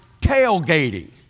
tailgating